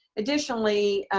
additionally,